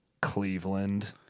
Cleveland